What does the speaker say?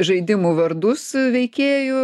žaidimų vardus veikėjų